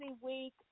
week